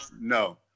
no